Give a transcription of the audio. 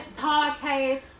podcast